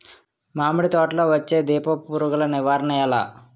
మామిడి తోటలో వచ్చే దీపపు పురుగుల నివారణ ఎలా?